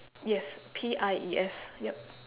yes P I E S yup